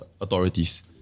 authorities